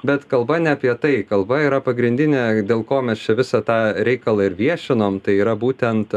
bet kalba ne apie tai kalba yra pagrindinė dėl ko mes čia visą tą reikalą ir viešinom tai yra būtent